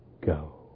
go